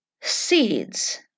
seeds